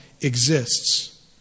exists